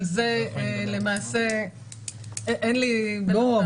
אבל זה למעשה --- לא,